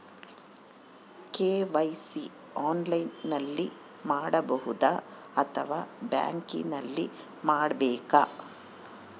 KYC ಆನ್ಲೈನಲ್ಲಿ ಮಾಡಬಹುದಾ ಅಥವಾ ಬ್ಯಾಂಕಿನಲ್ಲಿ ಮಾಡ್ಬೇಕಾ?